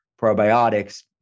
probiotics